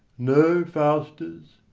no, faustus,